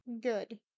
Good